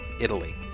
Italy